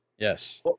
Yes